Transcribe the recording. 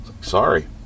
Sorry